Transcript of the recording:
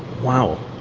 wow.